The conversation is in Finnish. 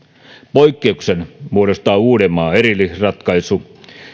poik keuksen muodostaa uudenmaan erillisratkaisu